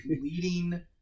leading